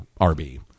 RB